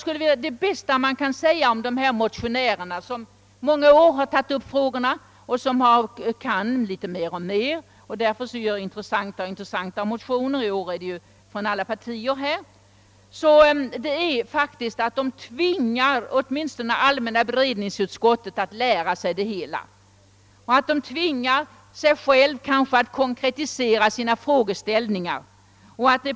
Det bästa man kan säga om de här motionärerna som i många år tagit upp frågorna och som kan mer och mer och därför lämnar allt intressantare motioner — i år föreligger det ju motioner från alla partier — är att de åtminstone tvingar allmänna beredningsutskottet att lära sig det hela och att motionärerna kanske också tvingar sig själva att konkretisera frågeställningarna.